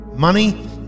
Money